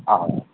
आ